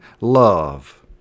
love